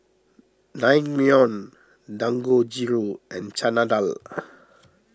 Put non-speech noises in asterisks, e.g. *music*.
Naengmyeon Dangojiru and Chana Dal *noise*